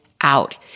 out